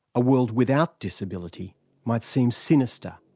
a world without disability might seem sinister,